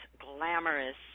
glamorous